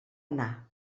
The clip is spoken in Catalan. anar